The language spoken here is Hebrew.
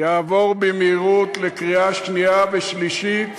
יעבור במהירות לקריאה שנייה ושלישית,